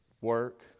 work